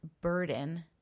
burden